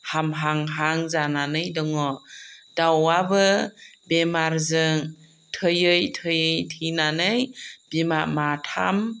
हामहां हां जानानै दङ दाउआबो बेमारजों थैयै थैयै थैनानै बिमा माथाम